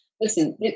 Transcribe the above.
listen